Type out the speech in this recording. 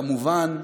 כמובן,